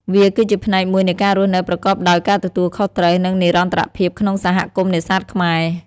វាគឺជាផ្នែកមួយនៃការរស់នៅប្រកបដោយការទទួលខុសត្រូវ និងនិរន្តរភាពក្នុងសហគមន៍នេសាទខ្មែរ។